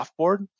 offboard